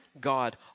God